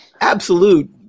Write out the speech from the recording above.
absolute